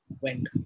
Went